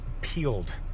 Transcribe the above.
peeled